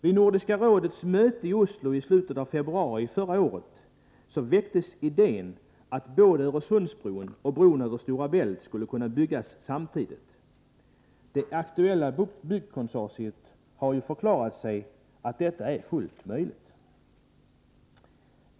Vid Nordiska rådets möte i Oslo i slutet av februari förra året väcktes idén att både Öresundsbron och bron över Stora Bält skulle kunna byggas samtidigt. Det aktuella byggkonsortiet har förklarat att detta är fullt möjligt.